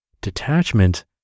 detachment